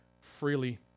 freely